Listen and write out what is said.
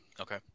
Okay